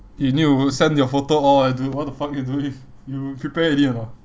you need to send your photo all eh dude what the fuck you doing you prepare already or not